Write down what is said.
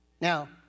Now